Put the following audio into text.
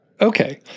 Okay